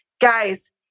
guys